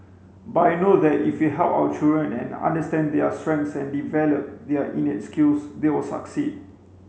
but I know that if we help our children and understand their strengths and develop their innate skills they will succeed